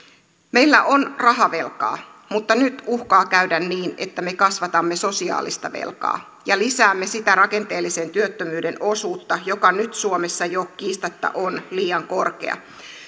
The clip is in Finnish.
meillä on rahavelkaa mutta nyt uhkaa käydä niin että me kasvatamme sosiaalista velkaa ja lisäämme sitä rakenteellisen työttömyyden osuutta joka nyt suomessa jo kiistatta on liian korkea